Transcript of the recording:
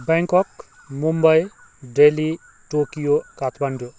Bangkok Mumbai Delhi Tokyo Kathmandu